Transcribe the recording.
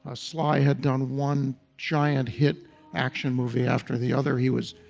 ah sly had done one giant hit action movie after the other. he was,